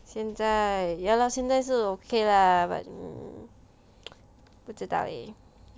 现在 ya lor 现在是 okay lah but 不知道 eh